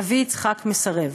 אבי-יצחק מסרב.